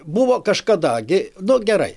buvo kažkada gi nu gerai